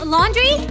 Laundry